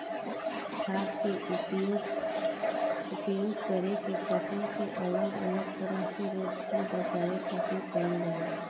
खाद्य के उपयोग करके फसल के अलग अलग तरह के रोग से बचावे खातिर कईल जाला